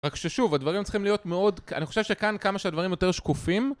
רק ששוב, הדברים צריכים להיות מאוד, אני חושב שכאן כמה שהדברים יותר שקופים